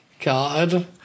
God